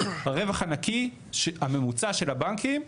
הרווח הנקי הממוצע של הבנקים,